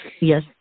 Yes